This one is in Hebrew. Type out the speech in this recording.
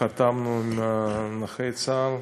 שחתמנו עליהם עם נכי צה"ל,